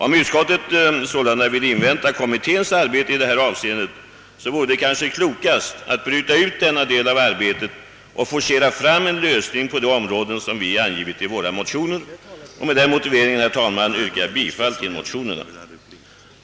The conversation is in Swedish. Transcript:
Om utskottet sålunda vill invänta kommitténs arbete i det här avseendet, vore det kanske klokast att bryta ut denna del av arbetet och forcera fram en lösning på de områden vi har angivit i våra motioner. Med denna motivering ber jag, herr talman, att få yrka bifall till motionerna.